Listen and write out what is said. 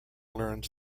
learns